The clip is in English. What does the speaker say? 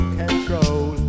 control